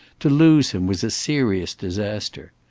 to lose him was a serious disaster.